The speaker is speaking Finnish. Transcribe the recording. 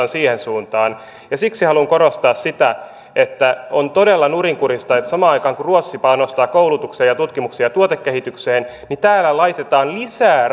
siihen suuntaan siksi haluan korostaa että on todella nurinkurista että samaan aikaan kun ruotsi panostaa koulutukseen ja tutkimukseen ja tuotekehitykseen täällä laitetaan lisää